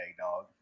dog